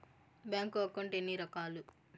bank account ఎన్ని రకాలు